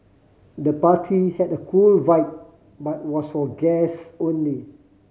the party had a cool vibe but was for guest only